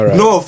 no